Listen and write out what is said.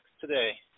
today